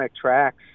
tracks